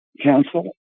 council